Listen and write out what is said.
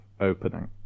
opening